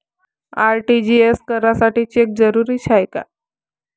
RTGS करासाठी cheque जरुरीचा हाय काय?